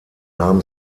nahm